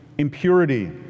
impurity